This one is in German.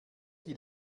die